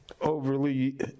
overly